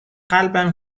قلبم